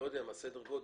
סדר גודל.